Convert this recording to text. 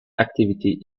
activity